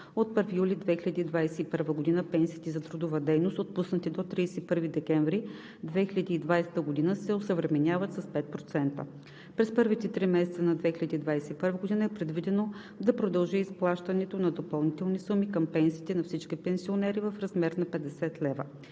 от 1 юли 2021 г. пенсиите за трудова дейност, отпуснати до 31 декември 2020 г., се осъвременяват с 5%. - през първите три месеца на 2021 г. е предвидено да продължи изплащането на допълнителни суми към пенсиите на всички пенсионери в размер 50 лв.;